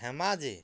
Dhemaji